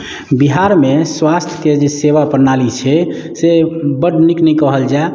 बिहारमे स्वास्थ्यके जे सेवा प्रणाली छै से बड्ड नीक नहि कहल जाए